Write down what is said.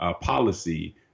policy